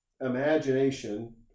imagination